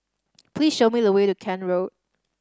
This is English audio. please show me the way to Kent Road